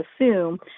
assume